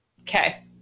Okay